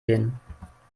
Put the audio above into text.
gehen